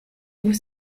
vous